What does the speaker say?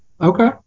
Okay